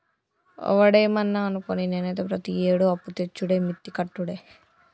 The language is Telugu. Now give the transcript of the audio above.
ఒవడేమన్నా అనుకోని, నేనైతే ప్రతియేడూ అప్పుతెచ్చుడే మిత్తి కట్టుడే